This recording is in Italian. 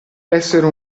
essere